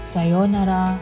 Sayonara